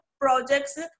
projects